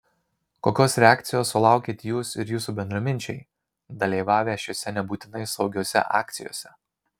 kokios reakcijos sulaukėt jūs ir jūsų bendraminčiai dalyvavę šiose nebūtinai saugiose akcijose